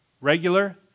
regular